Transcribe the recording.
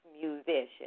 musician